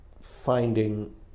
finding